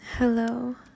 Hello